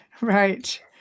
right